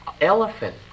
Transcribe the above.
Elephant